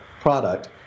product